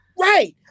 Right